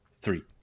Three